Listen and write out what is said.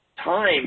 time